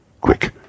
Quick